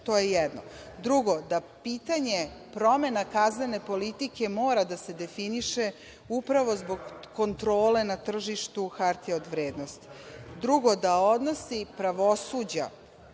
je jedno. Drugo, da pitanje promena kaznene politike mora da se definiše upravo zbog kontrole na tržištu hartija od vrednosti. Drugo, da odnosi pravosuđa